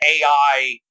AI